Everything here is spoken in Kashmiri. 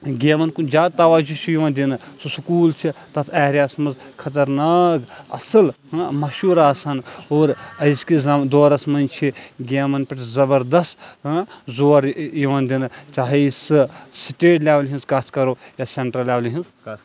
گیمَن کُن جاد تَوَجوٗ چھُ یِوان دِنہٕ سُہ سکوٗل چھُ تَتھ ایریاہَس منٛز خَطرناک اصل مشہوٗر آسان اور أزۍکِس دورَس منٛز چھِ گیمَن پٮ۪ٹھ زَبردس زور یَوان دِنہٕ چاہے سۄ سِٹیٹ لٮ۪ولہِ ہِنٛز کَتھ کَرو یا سٮ۪نٹرَل لٮ۪ولہِ ہنٛز کَتھ کَرو